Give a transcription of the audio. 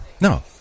No